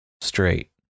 straight